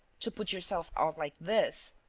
to put yourself out like this!